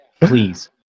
please